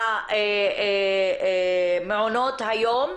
מעונות היום,